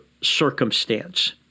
circumstance